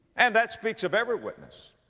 and that speaks of every witness.